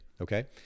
okay